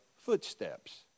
Footsteps